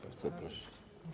Bardzo proszę.